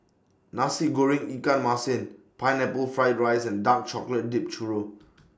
Nasi Goreng Ikan Masin Pineapple Fried Rice and Dark Chocolate Dipped Churro